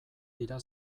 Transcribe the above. dira